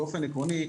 באופן עקרוני,